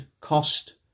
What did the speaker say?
cost